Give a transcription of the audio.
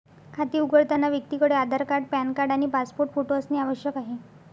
खाते उघडताना व्यक्तीकडे आधार कार्ड, पॅन कार्ड आणि पासपोर्ट फोटो असणे आवश्यक आहे